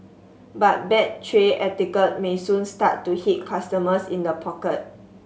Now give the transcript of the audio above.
but bad tray etiquette may soon start to hit customers in the pocket